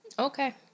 Okay